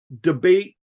debate